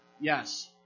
Yes